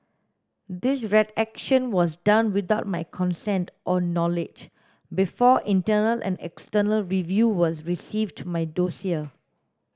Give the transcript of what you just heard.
this redaction was done without my consent or knowledge before internal and external reviewers received my dossier